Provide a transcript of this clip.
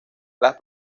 las